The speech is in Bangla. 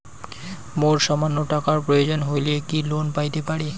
মোর সামান্য টাকার প্রয়োজন হইলে কি লোন পাইতে পারি?